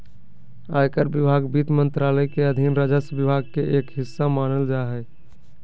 आयकर विभाग वित्त मंत्रालय के अधीन राजस्व विभाग के एक हिस्सा मानल जा हय